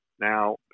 Now